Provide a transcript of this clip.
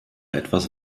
etwas